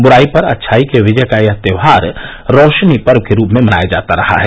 बुराई पर अच्छाई के विजय का यह त्योहार रौशनी पर्व के रूप मनाया जाता है